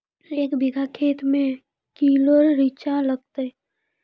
एक बीघा खेत मे के किलो रिचा लागत?